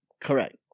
Correct